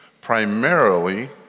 primarily